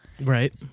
right